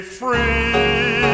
free